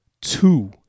Two